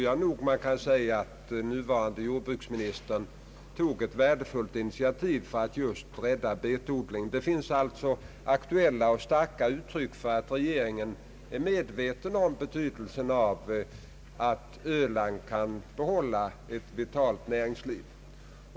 Jag vågar påstå att den nuvarande jordbruksministern tog ett värdefullt initiativ för att rädda just betodlingen. Det finns alltså aktuella och starka uttryck för att regeringen är medveten om betydelsen av att öland kan behålla ett vitalt näringsliv.